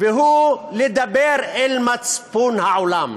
והוא לדבר אל מצפון העולם,